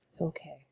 Okay